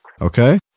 Okay